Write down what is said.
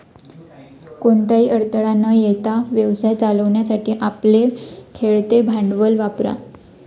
कोणताही अडथळा न येता व्यवसाय चालवण्यासाठी आपले खेळते भांडवल वापरा